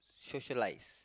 socialise